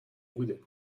بوده